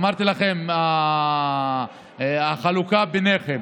אמרתי לכם, החלוקה ביניכם: